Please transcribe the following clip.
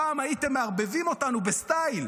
פעם הייתם מערבבים אותנו בסטייל,